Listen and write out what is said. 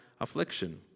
affliction